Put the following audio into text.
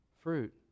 fruit